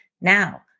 Now